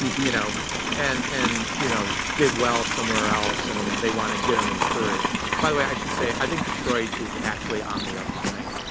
you know and and you know did well somewhere else, and they want to get them encouraged. by the way, i should say, i think detroit is actually on the upswing.